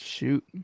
Shoot